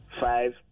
five